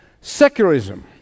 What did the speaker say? secularism